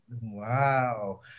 Wow